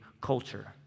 culture